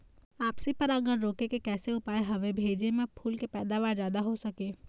आपसी परागण रोके के कैसे उपाय हवे भेजे मा फूल के पैदावार जादा हों सके?